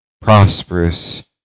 prosperous